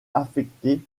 affecté